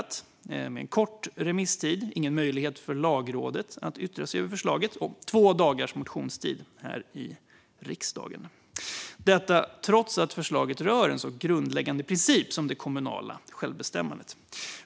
Det har varit en kort remisstid, Lagrådet har inte haft någon möjlighet att yttra sig över förslaget och motionstiden här i riksdagen har varit två dagar, detta trots att förslaget rör en så grundläggande princip som det kommunala självbestämmandet.